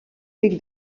pic